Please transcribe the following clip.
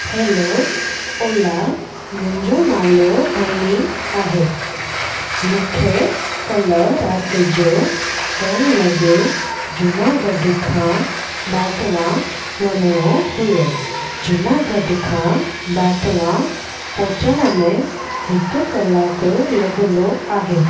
hello ओला मुंहिंजो नालो हनी आहे मूंखे काल्ह राति जो ॾह लॻे जूनागढ़ खां बांटवा वञिणो हुओ जूनागढ़ खां बांटवा पहुचण में हिकु कलाकु लॻंदो आहे